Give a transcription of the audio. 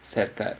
சர்கார்:sarkar